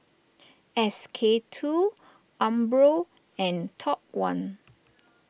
S K two Umbro and Top one